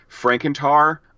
frankentar